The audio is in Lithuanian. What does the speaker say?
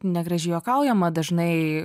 negražiai juokaujama dažnai